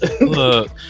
Look